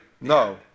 No